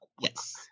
Yes